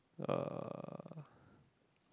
uh